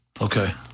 Okay